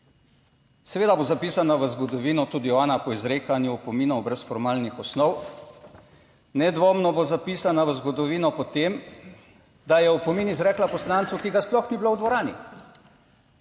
Seveda bo zapisana v zgodovino tudi ona po izrekanju opominov brez formalnih osnov, nedvomno bo zapisana v zgodovino potem, da je opomin izrekla poslancu, ki ga sploh ni bilo v dvorani.